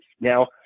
now